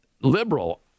liberal